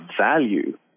value